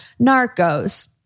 Narcos